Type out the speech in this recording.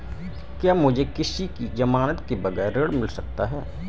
क्या मुझे किसी की ज़मानत के बगैर ऋण मिल सकता है?